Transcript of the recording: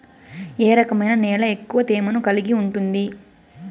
ఏ రకమైన నేల ఎక్కువ తేమను కలిగి ఉంటుంది?